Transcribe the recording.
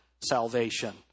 salvation